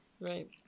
Right